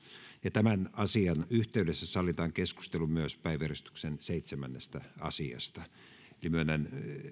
tämän asian yhteydessä sallitaan keskustelu myös päiväjärjestyksen seitsemännestä asiasta myönnän